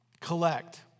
collect